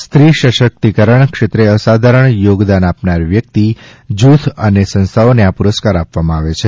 સ્ત્રી શક્તિકરણ ક્ષેત્રે અસાધારણ યોગદાન આપનાર વ્યક્તિ જૂથ અને સંસ્થાઓને આ પુરસ્કાર આપવામાં આવે છે